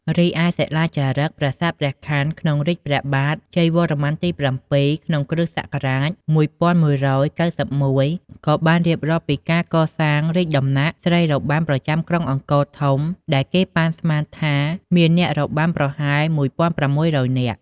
រីឯ សិលាចារឹកប្រាសាទព្រះខ័ន ក្នុងរាជ្យព្រះបាទ ជ័យវរ្ម័នទី៧ ក្នុង គ្រិស្តសករាជ ១១៩១ ក៏បានរៀបរាប់ពីការសាងសង់រាជដំណាក់ស្រីរបាំប្រចាំក្រុងអង្គរធំ ដែលគេប៉ាន់ស្មានថាមានអ្នករបាំប្រហែល ១៦០០ នាក់។